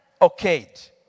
okayed